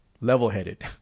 level-headed